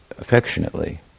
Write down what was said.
affectionately